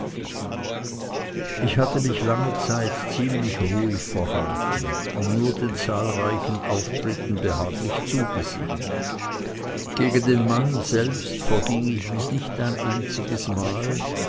ich hatte mich lange zeit ziemlich ruhig verhalten und nur den zahlreichen auftritten behaglich zugesehen gegen den mann selbst verging ich mich nicht ein einziges mal